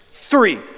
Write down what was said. Three